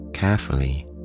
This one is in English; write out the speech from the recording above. Carefully